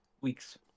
Weeks